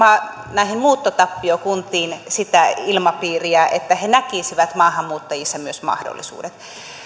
näihin muuttotappiokuntiin sitä ilmapiiriä että he näkisivät maahanmuuttajissa myös mahdollisuudet